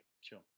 Sure